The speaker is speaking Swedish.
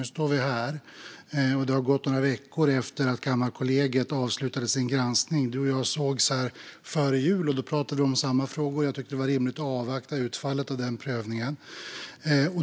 Nu står vi här några veckor efter att Kammarkollegiet avslutat sin granskning. Du och jag sågs här före jul, Märta Stenevi, och då pratade vi om samma frågor. Jag tyckte att det var rimligt att avvakta utfallet av den prövningen.